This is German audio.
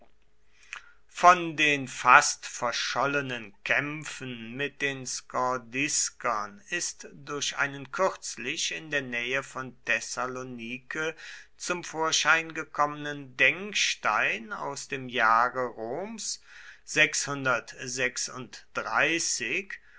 von den fast verschollenen kämpfen mit den skordiskern ist durch einen kürzlich in der nähe von thessalonike zum vorschein gekommenen denkstein aus dem jahr roms